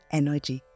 energy